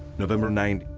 november nine,